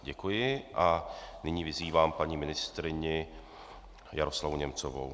Děkuji a nyní vyzývám paní ministryně Jaroslavu Němcovou.